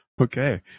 Okay